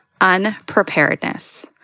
Unpreparedness